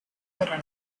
and